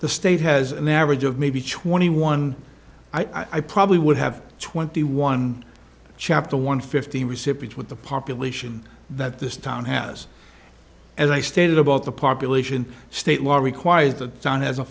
the state has an average of maybe twenty one i probably would have twenty one chapter one fifty recipients with the population that this town has as i stated about the population state law requires that the town has a